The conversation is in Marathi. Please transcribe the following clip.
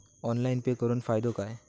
ऑनलाइन पे करुन फायदो काय?